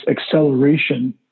acceleration